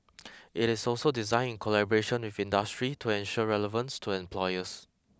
it is also designed in collaboration with industry to ensure relevance to employers